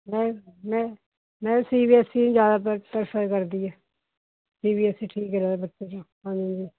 ਮੈਂ ਮੈਂ ਮੈਂ ਸੀ ਬੀ ਐਸ ਈ ਜ਼ਿਆਦਾ ਪ੍ਰੈਫਰ ਕਰਦੀ ਹੈ ਸੀ ਬੀ ਐਸ ਈ ਠੀਕ ਰਹੇ ਬੱਚੇ ਨੂੰ ਹਾਂਜੀ